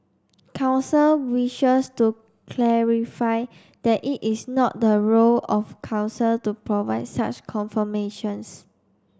council wishes to clarify that it is not the role of Council to provide such confirmations